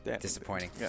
disappointing